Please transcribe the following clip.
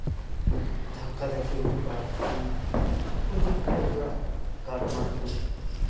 ᱫᱷᱟᱠᱠᱟ ᱫᱷᱟᱹᱠᱠᱤ ᱦᱩᱭᱩᱜᱼᱟ ᱛᱚᱠᱷᱚᱱ ᱯᱷᱳᱣᱡᱤ ᱠᱚᱠᱚ ᱦᱤᱡᱩᱜᱼᱟ ᱜᱟᱨᱰ ᱢᱟᱨᱰ ᱠᱚ